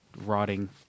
rotting